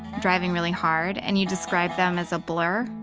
driving really hard and you described them as a blur,